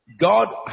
God